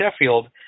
Sheffield